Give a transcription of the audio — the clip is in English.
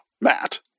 Matt